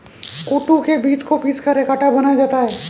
कूटू के बीज को पीसकर एक आटा बनाया जाता है